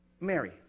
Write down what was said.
Mary